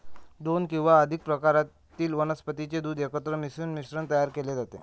दोन किंवा अधिक प्रकारातील वनस्पतीचे दूध एकत्र मिसळून मिश्रण तयार केले जाते